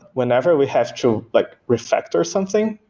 whenever we have to like refactor something,